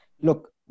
look